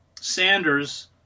Sanders